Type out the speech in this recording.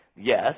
yes